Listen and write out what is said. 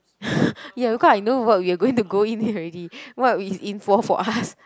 ya because I know what we are going to go in already what is in for for us